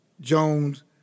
Jones